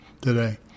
today